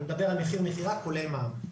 אני מדבר על מחיר מכירה, כולל מע"מ.